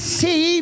see